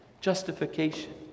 Justification